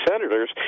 senators